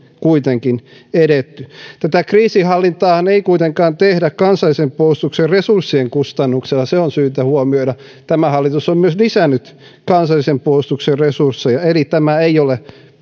kuitenkin edetty tätä kriisinhallintaahan ei kuitenkaan tehdä kansallisen puolustuksen resurssien kustannuksella se on syytä huomioida tämä hallitus on myös lisännyt kansallisen puolustuksen resursseja eli tämä ei ole